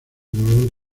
dolor